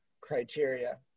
criteria